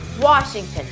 Washington